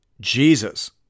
Jesus